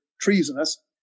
treasonous